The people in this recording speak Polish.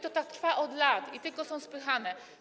To tak trwa od lat, tylko są spychane.